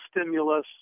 stimulus